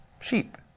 sheep